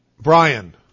brian